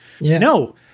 no –